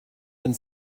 and